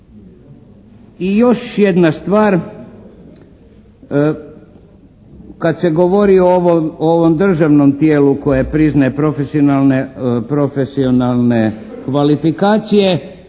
I još jedna stvar. Kad se govori o ovom državnom tijelu koje priznaje profesionalne kvalifikacije